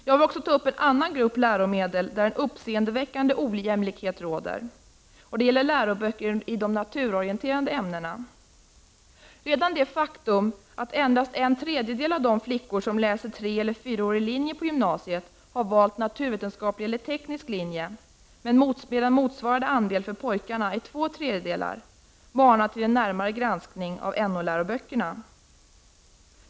Jag vill också ta upp en annan grupp läromedel, där en uppseendeväckande ojämlikhet råder. Det gäller läroböcker i de naturorienterande ämnena. Redan det faktum att endast en tredjedel av de flickor som läser 3 eller 4-årig linje på gymnasiet har valt naturvetenskaplig eller teknisk linje, medan motsvarande andel för pojkar är två tredjedelar, manar till en närmare granskning av NO-läroböckerna.